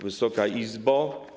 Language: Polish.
Wysoka Izbo!